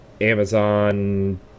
amazon